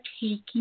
taking